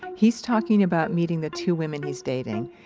he's talking about meeting the two women he's dating.